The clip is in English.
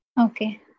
Okay